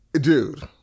Dude